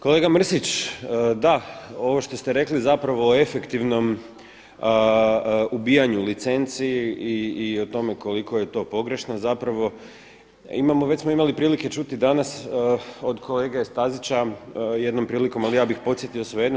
Kolega Mrsić, da, ovo što ste rekli o zapravo efektivnom ubijanju licenci i o tome koliko je to pogrešno, zapravo već smo imali prilike čuti danas od kolege Stazića jednom prilikom, ali ja bih podsjetio svejedno.